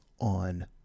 on